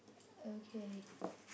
okay